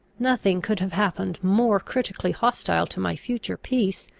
nothing could have happened more critically hostile to my future peace,